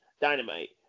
Dynamite